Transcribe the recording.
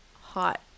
hot